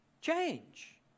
Change